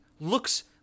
looks